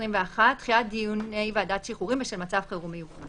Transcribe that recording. דחיית דיוני ועדת שחרורים בשל מצב חירום מיוחד